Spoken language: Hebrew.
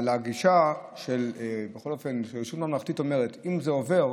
אבל כשרשות ממלכתית אומרת: אם זה עובר,